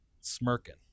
smirking